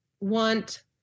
want